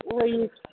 उहेई